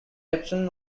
epsom